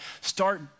start